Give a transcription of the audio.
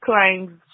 claims